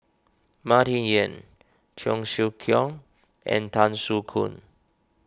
Martin Yan Cheong Siew Keong and Tan Soo Khoon